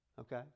Okay